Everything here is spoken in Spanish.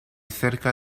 cerca